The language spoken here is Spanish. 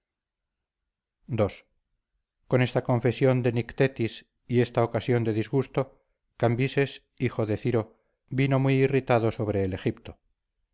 ii con esta confesión de nictetis y esta ocasión de disgusto cambises hijo de ciro vino muy irritado sobre el egipto